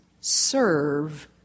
serve